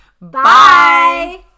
Bye